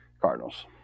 Cardinals